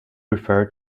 refer